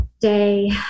day